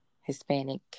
Hispanic